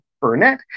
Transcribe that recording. Burnett